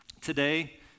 today